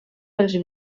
pels